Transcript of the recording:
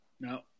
no